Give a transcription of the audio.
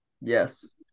Yes